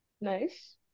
Nice